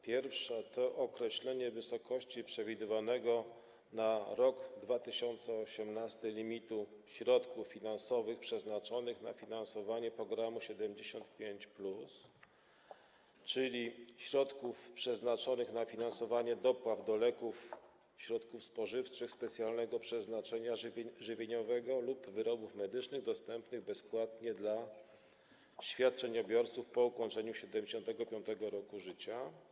Pierwszy cel to określenie wysokości przewidywanego na rok 2018 limitu środków finansowych przeznaczonych na finansowanie programu 75+, czyli środków przeznaczonych na finansowanie dopłat do leków, środków spożywczych specjalnego przeznaczenia żywieniowego lub wyrobów medycznych dostępnych bezpłatnie świadczeniobiorcom po ukończeniu 75. roku życia.